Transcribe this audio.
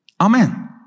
Amen